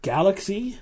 Galaxy